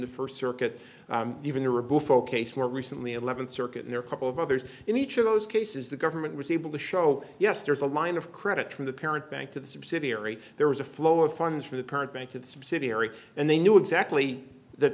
the first circuit even a rebuff ok to more recently eleventh circuit there couple of others in each of those cases the government was able to show yes there's a line of credit from the parent bank to the subsidiary there was a flow of funds from the parent bank in subsidiary and they knew exactly th